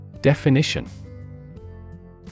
Definition